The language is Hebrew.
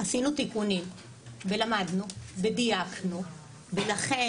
עשינו תיקונים ולמדנו ודייקנו ולכן,